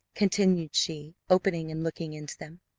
continued she, opening and looking into them.